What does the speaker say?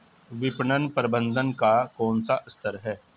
विपणन प्रबंधन का कौन सा स्तर है?